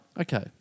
Okay